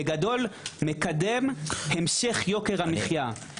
בגדול מקדם המשך יוקר המחיה.